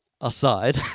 aside